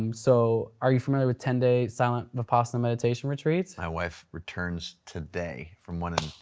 um so are you familiar with ten day, silent vipassana meditation retreat? my wife returns today from one in